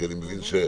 מבין